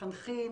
מחנכים,